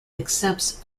accepts